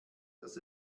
dass